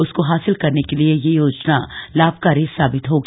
उसको हासिल करने के लिये यह योजना लाभकारी साबित होगी